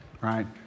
Right